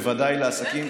בוודאי לעסקים,